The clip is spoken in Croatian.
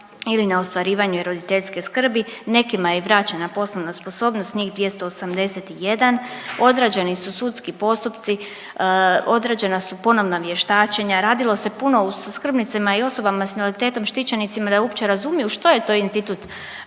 ili na ostvarivanju roditeljske skrbi. Nekima je i vraćena poslovna sposobnost njih 281. Odrađeni su sudski postupci, odrađena su ponovna vještačenja, radilo se puno sa skrbnicima i osobama sa invaliditetom, štićenicima da uopće razumiju što je to institut